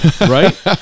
Right